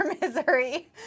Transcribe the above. misery